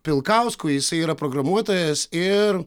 pilkausku jisai yra programuotojas ir